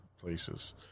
places